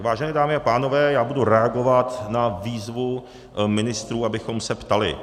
Vážené dámy a pánové, já budu reagovat na výzvu ministrů, abychom se ptali.